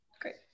Great